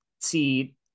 see